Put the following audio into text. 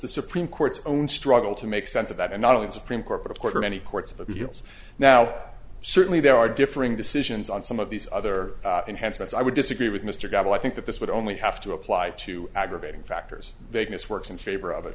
the supreme court's own struggle to make sense of that and not only the supreme court but of course many courts of appeals now certainly there are differing decisions on some of these other enhancements i would disagree with mr gotta like think that this would only have to apply to aggravating factors vagueness works in favor of it